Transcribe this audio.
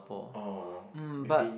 oh maybe